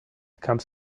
comes